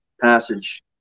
passage